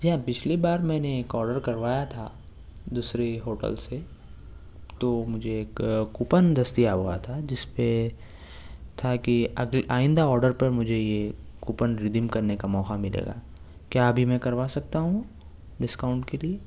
جی ہاں پچھلی بار میں نے ایک آڈر کروایا تھا دوسری ہوٹل سے تو مجھے ایک کوپن دستیاب ہوا تھا جس پہ تھا کہ اگل آئندہ آڈر پر مجھے یہ کوپن ردیم کرنے کا موقع ملے گا کیا ابھی میں کروا سکتا ہوں ڈسکاؤنٹ کے لیے